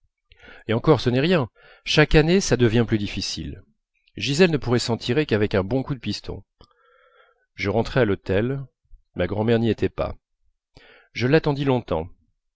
et encore ce n'est rien chaque année ça devient plus difficile gisèle ne pourrait s'en tirer qu'avec un bon coup de piston je rentrai à l'hôtel ma grand'mère n'y était pas je l'attendis longtemps